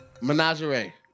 Menagerie